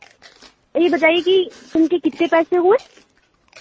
یہ بتائیے کہ اِن کے کتنے پیسے ہوئے